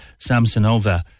Samsonova